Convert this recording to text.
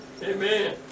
Amen